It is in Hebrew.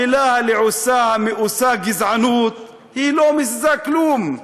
המילה הלעוסה, המאוסה, גזענות, היא לא מזיזה כלום.